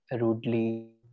rudely